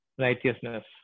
Righteousness